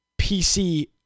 PC